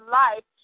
life